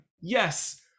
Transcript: yes